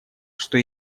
что